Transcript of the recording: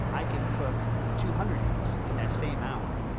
i can cook two hundred eggs in that same hour.